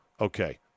Okay